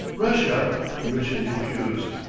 russia permission refused.